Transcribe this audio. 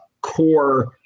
core